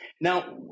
Now